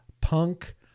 Punk